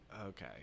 okay